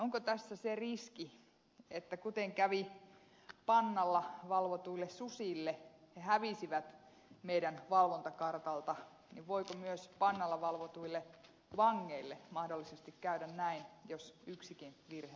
onko tässä se riski että kuten kävi pannalla valvotuille susille ne hävisivät meidän valvontakartaltamme voiko myös pannalla valvotuille vangeille mahdollisesti käydä näin jos yksikin virhe tapahtuu